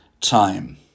time